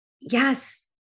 Yes